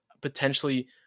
potentially